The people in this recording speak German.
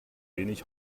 wenig